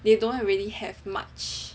they don't really have much